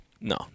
No